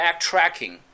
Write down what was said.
backtracking